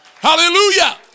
Hallelujah